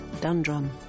Dundrum